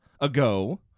ago